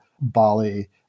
Bali